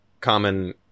common